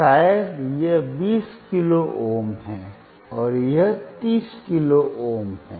शायद यह बीस किलो ओम है और यह तीस किलो ओम है